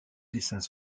dessins